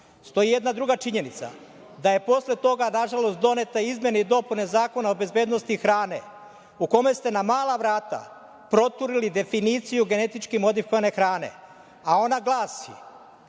zakon. Stoji jedna druga činjenica, da je posle toga, nažalost donete izmene i dopune Zakona o bezbednosti hrane, u kome ste na mala vrata proturili definiciju genetički modifikovane hrane, a ona glasi